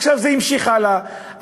עכשיו זה המשיך הלאה.